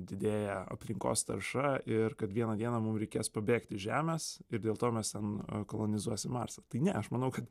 didėja aplinkos tarša ir kad vieną dieną mum reikės pabėgti iš žemės ir dėl to mes ten kolonizuosim marsą tai ne aš manau kad